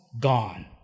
gone